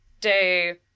day